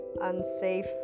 unsafe